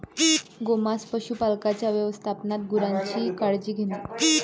गोमांस पशुपालकांच्या व्यवस्थापनात गुरांची काळजी घेणे